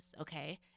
okay